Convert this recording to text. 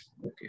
Okay